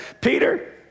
Peter